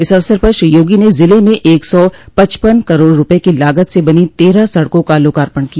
इस अवसर पर श्री योगी ने जिले में एक सौ पचपन करोड़ रूपये की लागत से बनी तेरह सड़कों का लोकार्पण किया